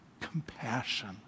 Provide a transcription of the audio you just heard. Compassion